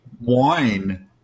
wine